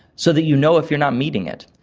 so that you know if you're not meeting it.